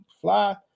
fly